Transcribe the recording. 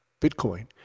Bitcoin